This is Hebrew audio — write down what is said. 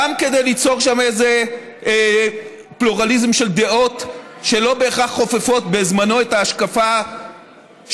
גם כדי ליצור שם איזה פלורליזם של דעות שלא בהכרח חופפות את ההשקפה בזמנו